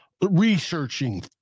researching